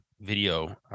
video